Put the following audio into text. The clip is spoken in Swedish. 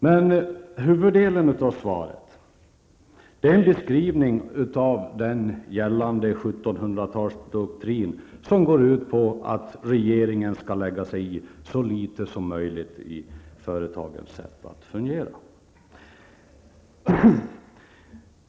Men huvuddelen av svaret är en beskrivning av gällande 1700-talsdoktrin, som går ut på att regeringen skall lägga sig i så litet som möjligt i företagens sätt att fungera.